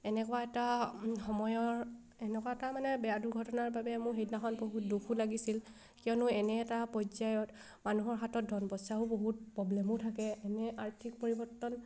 এনেকুৱা এটা সময়ৰ এনেকুৱা এটা মানে বেয়া দুৰ্ঘটনাৰ বাবে মোৰ সেইদিনাখন বহুত দুখো লাগিছিল কিয়নো এনে এটা পৰ্যায়ত মানুহৰ হাতত ধন পইচাও বহুত প্ৰব্লেমো থাকে এনে আৰ্থিক পৰিৱৰ্তন